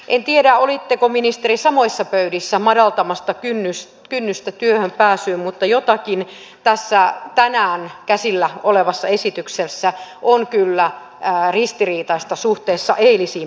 en tiedä olitteko ministeri samoissa pöydissä madaltamassa tätä kynnystä työhön pääsyyn mutta jotakin ristiriitaista tässä tänään käsillä olevassa esityksessä kyllä on suhteessa eilisiin päätöksiin